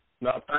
no